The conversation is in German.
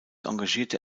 engagierte